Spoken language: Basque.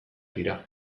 dira